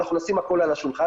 ואנחנו נשים הכול על השולחן.